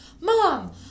Mom